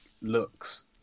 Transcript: looks